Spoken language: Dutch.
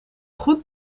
goed